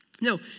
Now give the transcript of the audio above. No